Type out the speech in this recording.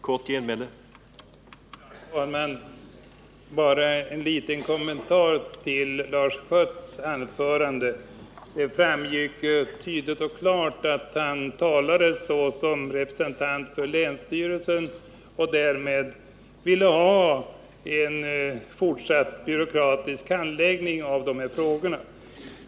Herr talman! Bara en liten kommentar till Lars Schötts anförande. Det framgick tydligt och klart att han talade som representant för länsstyrelsen och därmed vill ha en fortsatt byråkratisk handläggning av de här frågorna.